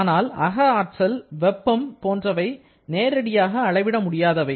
ஆனால் அக ஆற்றல் வெப்பம் போன்றவை நேரடியாக அளவிட முடியாதவை